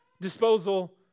disposal